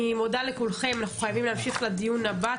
אני מודה לכולכם, אנחנו חייבים להמשיך לדיון הבא.